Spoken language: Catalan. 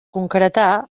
concretar